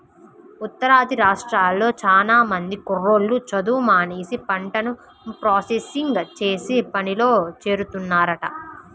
ఉత్తరాది రాష్ట్రాల్లో చానా మంది కుర్రోళ్ళు చదువు మానేసి పంటను ప్రాసెసింగ్ చేసే పనిలో చేరుతున్నారంట